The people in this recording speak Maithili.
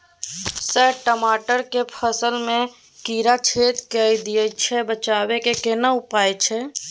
सर टमाटर के फल में कीरा छेद के दैय छैय बचाबै के केना उपाय छैय?